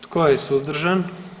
Tko je suzdržan?